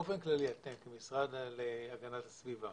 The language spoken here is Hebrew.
אם אנחנו נזהה כתוצאה מהבדיקה או מכל דבר אחר שיש צורך להפסיק את האסדה,